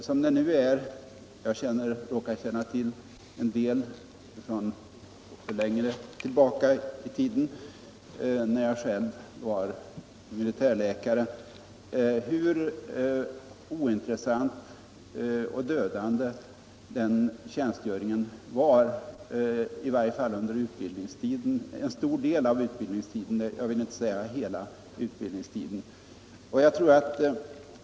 Från den period långt tillbaka i tiden då jag själv var militärläkare råkar jag känna till hur ointressant och dödande den tjänstgöringen är under i varje fall en stor del av utbildningstiden.